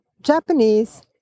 Japanese